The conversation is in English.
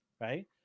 Right